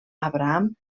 abraham